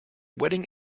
wedding